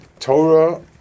Torah